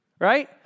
Right